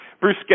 Bruce